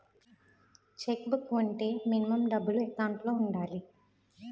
Check book వుంటే minimum డబ్బులు account లో ఉండాలి?